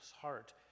heart